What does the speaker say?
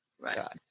Right